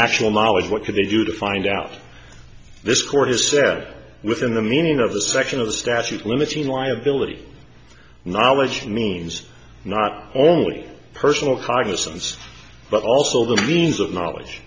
actual knowledge what could they do to find out this court has said within the meaning of the section of the statute limiting liability knowledge means not only personal cognizance but also the means of knowledge